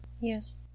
Yes